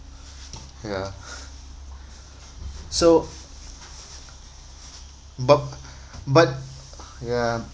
ya so but but ya